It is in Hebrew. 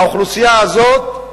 האוכלוסייה הזאת,